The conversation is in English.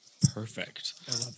Perfect